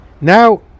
now